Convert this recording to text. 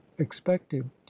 expected